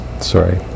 sorry